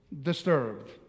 disturbed